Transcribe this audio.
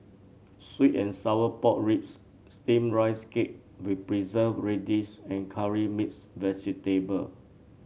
sweet and Sour Pork Ribs steamed Rice Cake with Preserved Radish and Curry Mixed Vegetable